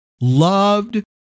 loved